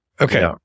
okay